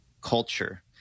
culture